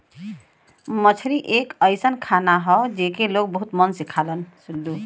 मछरी एक अइसन खाना हौ जेके लोग बहुत मन से खालन